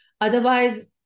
Otherwise